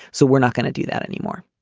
so we're not going to do that anymore.